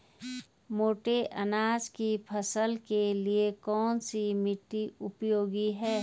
मोटे अनाज की फसल के लिए कौन सी मिट्टी उपयोगी है?